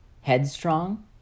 Headstrong